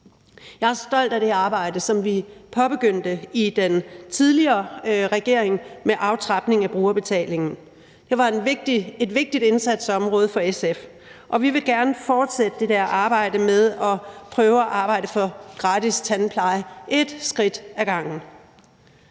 Jeg er stolt af det arbejde, som vi påbegyndte i den tidligere regering med aftrapning af brugerbetalingen. Det var et vigtigt indsatsområde for SF, og vi vil gerne fortsætte det arbejde med at prøve at arbejde for gratis tandpleje et skridt af gangen.